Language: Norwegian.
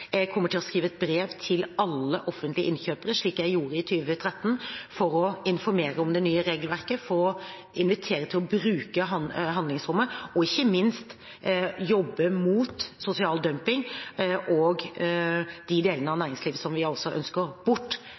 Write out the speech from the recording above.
Jeg kommer til å skrive et brev til alle offentlige innkjøpere, slik jeg gjorde i 2013, for å informere om det nye regelverket, invitere til å bruke handlingsrommet, og ikke minst jobbe mot sosial dumping og de delene av næringslivet som vi altså ønsker bort